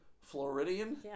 Floridian